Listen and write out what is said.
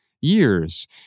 years